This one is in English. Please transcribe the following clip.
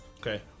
Okay